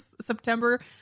September